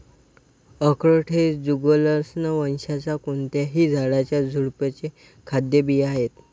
अक्रोड हे जुगलन्स वंशाच्या कोणत्याही झाडाच्या ड्रुपचे खाद्य बिया आहेत